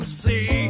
see